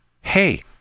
hey